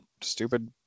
stupid